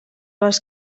les